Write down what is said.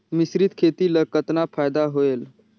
मिश्रीत खेती ल कतना फायदा होयल?